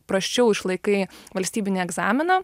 prasčiau išlaikai valstybinį egzaminą